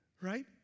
right